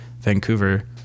Vancouver